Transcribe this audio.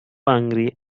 hungry